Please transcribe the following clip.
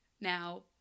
now